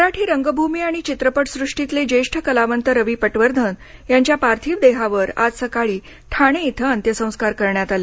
मराठी रंगभूमी आणि चित्रपट सृष्टीतले जेष्ठ कलावंत रवी पटवर्धन यांच्या पार्थिवावर आज सकाळी ठाणे येथे अंत्यसंस्कार करण्यात आले